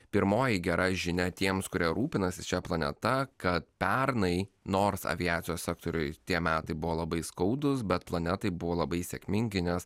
pirmoji gera žinia tiems kurie rūpinasi šia planeta kad pernai nors aviacijos sektoriui tie metai buvo labai skaudūs bet planetai buvo labai sėkmingi nes